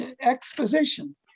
exposition